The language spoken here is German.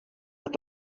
hat